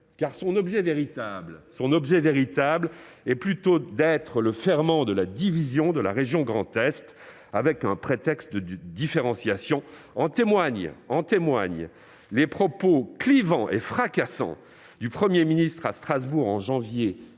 véritable de ce texte est plutôt d'être le ferment de la division de la région Grand Est, sous un prétexte de différenciation. En témoignent les propos clivants et fracassants du Premier ministre à Strasbourg en janvier 2021,